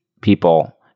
people